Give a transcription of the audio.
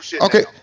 okay